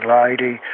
lady